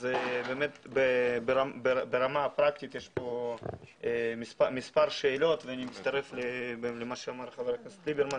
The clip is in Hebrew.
אז ברמה הפרקטית יש פה מספר שאלות ואני מצטרף למה שאמר חבר הכנסת ליברמן